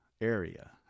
area